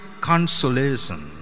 consolation